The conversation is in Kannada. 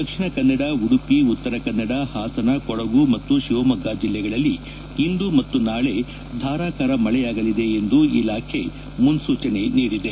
ದಕ್ಷಿಣ ಕನ್ನಡ ಉಡುಪಿ ಉತ್ತರ ಕನ್ನಡ ಹಾಸನ ಕೊಡಗು ಮತ್ತು ಶಿವಮೊಗ್ಗ ಜಿಲ್ಲೆಗಳಲ್ಲಿ ಇಂದು ಮತ್ತು ನಾಳೆ ಧಾರಾಕಾರ ಮಳೆಯಾಗಲಿದೆ ಎಂದು ಇಲಾಖೆ ಮುನ್ನೂಚನೆ ನೀಡಿದೆ